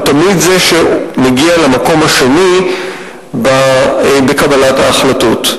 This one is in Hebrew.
הוא תמיד זה שמגיע למקום השני בקבלת ההחלטות.